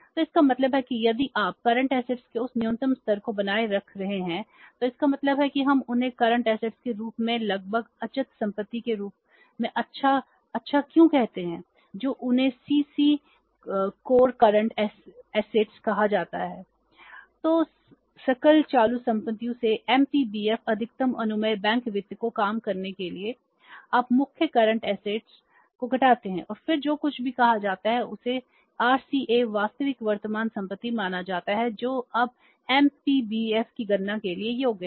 तो इसका मतलब है कि यदि आप करंट असेट्स की गणना के लिए योग्य हैं